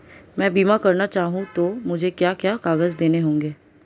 मैं बीमा करना चाहूं तो मुझे क्या क्या कागज़ देने होंगे?